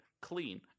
clean